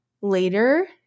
later